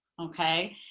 okay